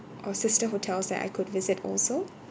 or sister hotels that I could visit also